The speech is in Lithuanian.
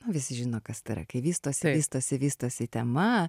na visi žino kas tai yra kai vystosi vystosi vystosi tema